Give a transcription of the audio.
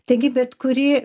taigi bet kuri